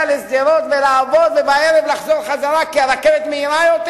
לשדרות לעבוד ובערב לחזור חזרה כי הרכבת מהירה יותר?